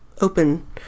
open